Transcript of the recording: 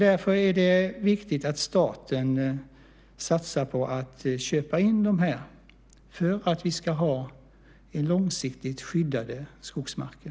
Det är viktigt att staten satsar på att köpa in dessa marker för att vi ska ha långsiktigt skyddade skogsmarker.